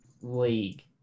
League